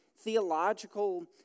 theological